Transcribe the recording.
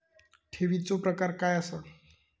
ठेवीचो प्रकार काय असा?